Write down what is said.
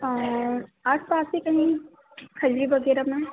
आसपास ही कहीं वगैरह में